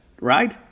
right